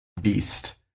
beast